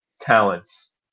talents